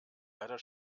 leider